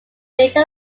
major